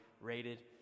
rated